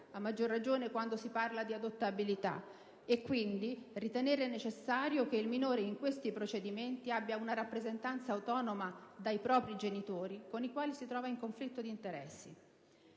(a maggior ragione quando si parla di adottabilità) e quindi ritenere necessario che il minore in questi procedimenti abbia una rappresentanza autonoma dai propri genitori con i quali si trova in conflitto di interessi.